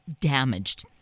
damaged